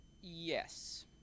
Yes